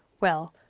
well,